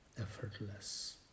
effortless